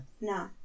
No